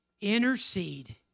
intercede